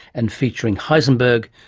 and featuring heisenberg,